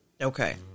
Okay